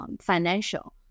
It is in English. financial